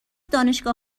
دانشگاه